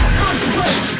concentrate